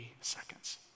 seconds